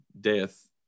death